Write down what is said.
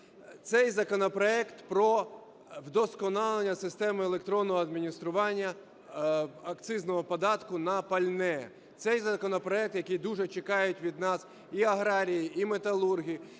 Цей законопроект про вдосконалення системи електронного адміністрування акцизного податку на пальне. Цей законопроект, який дуже чекають від нас і аграрії, і металурги,